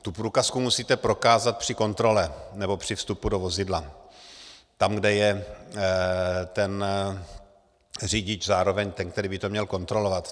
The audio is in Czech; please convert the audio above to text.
Tu průkazku musíte prokázat při kontrole nebo při vstupu do vozidla, tam, kde je ten řidič zároveň ten, který by to měl kontrolovat.